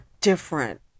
different